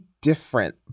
different